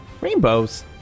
Rainbows